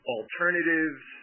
alternatives